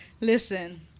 Listen